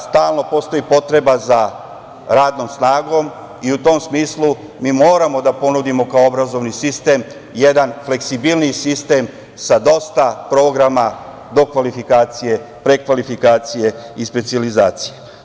Stalno postoji potreba za radnom snagom i u tom smislu mi moramo da ponudimo kao obrazovni sistem jedan fleksibilniji sistem sa dosta programa dokvalifikacije, prekvalifikacije i specijalizacije.